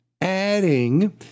adding